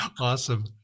Awesome